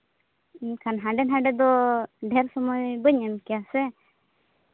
ᱮᱱᱠᱷᱟᱱ ᱦᱟᱸᱰᱮᱼᱱᱟᱰᱮ ᱫᱚ ᱰᱷᱮᱨ ᱥᱚᱢᱚᱭ ᱵᱟᱹᱧ ᱮᱢ ᱠᱮᱭᱟ ᱥᱮ